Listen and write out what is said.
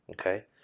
okay